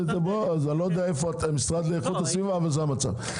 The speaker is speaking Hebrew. לא יודע איפה אתה המשרד לאיכות הסביבה אבל זה המצב.